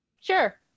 Sure